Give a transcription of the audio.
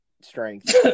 strength